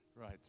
Right